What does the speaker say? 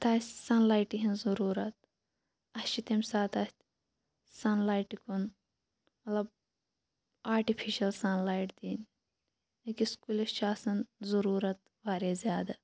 اتھ آسہِ سَن لایٹہِ ہٕنٛز ضروٗرَت اَسہِ چھ تمہِ ساتہٕ اتھ سَن لایٹہِ کُن آٹِفِشَل سَن لایٹ دِنۍ أکِس کُلِس چھِ آسان ضروٗرَت واریاہ زیادٕ